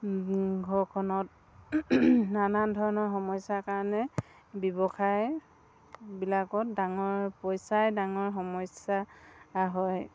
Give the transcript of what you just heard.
ঘৰখনত নানান ধৰণৰ সমস্যাৰ কাৰণে ব্যৱসায়বিলাকত ডাঙৰ পইচাই ডাঙৰ সমস্যা হয়